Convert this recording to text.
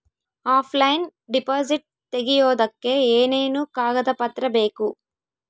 Offline deposit ತೆಗಿಯೋದಕ್ಕೆ ಏನೇನು ಕಾಗದ ಪತ್ರ ಬೇಕು?